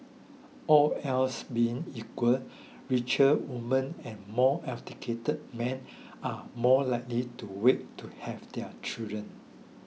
all else being equal richer women and more educated men are more likely to wait to have their children